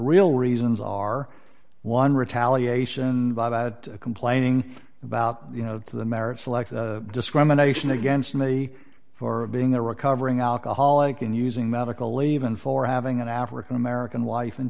real reasons are one retaliation by that complaining about you know the merits like the discrimination against me for being the recovering alcoholic and using medical leave and for having an african american wife and